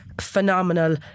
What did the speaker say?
phenomenal